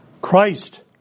Christ